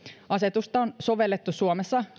asetusta on sovellettu suomessa